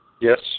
Yes